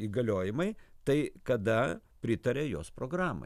įgaliojimai tai kada pritaria jos programai